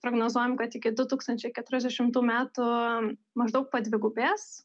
prognozuojam kad iki du tūkstančiai keturiasdešimtų metų maždaug padvigubės